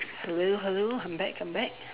hello hello I'm back I'm back